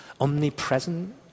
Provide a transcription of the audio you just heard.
omnipresent